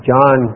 John